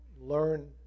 learn